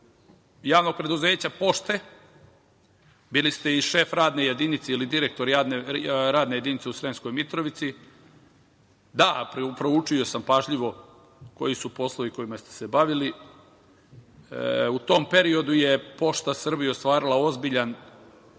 Javnog preduzeća Pošte. Bili ste i šef ili direktor Radne jedinice u Sremskoj Mitrovici. Da, proučio sam pažljivo koji su poslovi kojima ste se bavili. U tom periodu je Pošta Srbije ostvarila ozbiljan